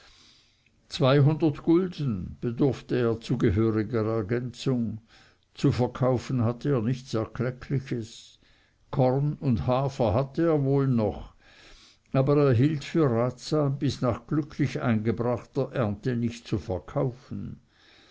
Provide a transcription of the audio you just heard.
zweihundert gulden bedurfte er zu gehöriger ergänzung zu verkaufen hatte er nichts erkleckliches korn und hafer hatte er wohl noch aber er hielt ratsam bis nach glücklich eingebrachter ernte nicht zu verkaufen